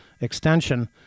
extension